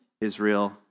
Israel